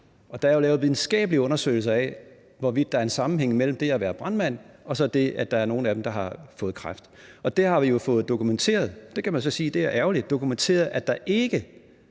er jo lavet videnskabelige undersøgelser af, hvorvidt der er en sammenhæng mellem det at være brandmand og så det, at der er nogle af dem, der har fået kræft, og der har vi jo fået dokumenteret – det kan man så sige er ærgerligt – at der ikke